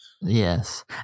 Yes